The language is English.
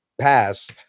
pass